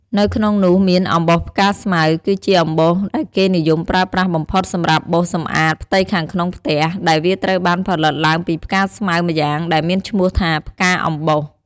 នៅក្នុងនោះមាន អំបោសផ្កាស្មៅ គឺជាអំបោសដែលគេនិយមប្រើប្រាស់បំផុតសម្រាប់បោសសម្អាតផ្ទៃខាងក្នុងផ្ទះ ដែលវាត្រូវបានផលិតឡើងពីផ្កាស្មៅម្យ៉ាង ដែលមានឈ្មោះថាផ្កាអំបោស។